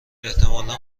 احتمالا